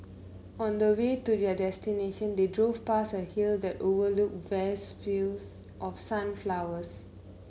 on the way to their destination they drove past a hill that overlooked vast fields of sunflowers